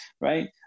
right